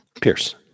pierce